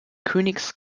königs